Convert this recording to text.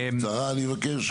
בקצרה, אני מבקש.